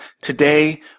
Today